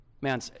man